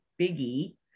biggie